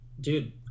dude